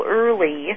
early